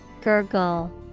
Gurgle